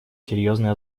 серьезной